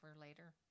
later